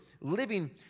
living